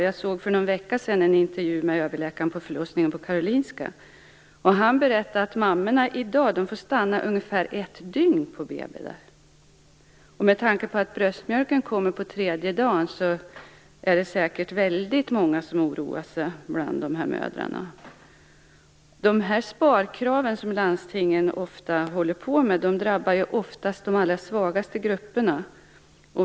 För en vecka sedan såg jag en intervju med överläkaren på Karolinska sjukhusets förlossningsavdelning, och han berättade att mammorna i dag får stanna ungefär ett dygn på BB där. Med tanke på att bröstmjölken kommer den tredje dagen är det säkert många bland dessa mödrar som oroar sig. Sparkraven som ofta finns i landstingen drabbar oftast de allra svagaste grupperna.